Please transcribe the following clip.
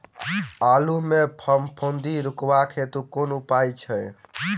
आलु मे फफूंदी रुकबाक हेतु कुन उपाय छै?